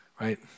Right